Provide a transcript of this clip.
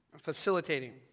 facilitating